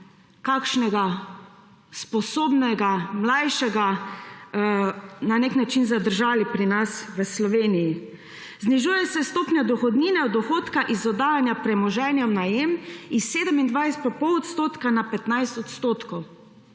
kakšnega sposobnega, mlajšega na nek način zadržali pri nas v Sloveniji. Znižuje se stopnja dohodnine od dohodka iz oddajanja premoženja v najem s 27,5 odstotka na 15 odstotkov.